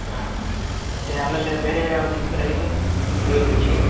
ಹಾಂ ಮತ್ತೆ ಆಮೇಲೆ ಬೇರೆ ಯಾವ್ದು ಸಿಗುತ್ತೆ ರೈಸ್ ಪ್ಯೂರ್ ವೆಜ್ಜಿಗೆ